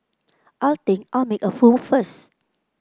I think I'll make a move first